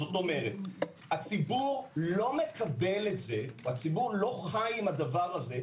כלומר הציבור לא חי עם זה,